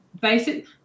basic –